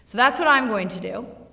that's what i'm going to do.